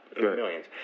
millions